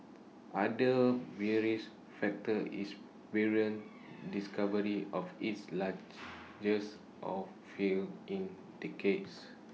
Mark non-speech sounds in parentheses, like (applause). (unintelligible) bearish factor is Bahrain's discovery of its (unintelligible) oilfield in decades